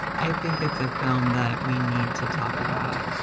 i think it's a film that we need to talk about.